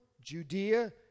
Judea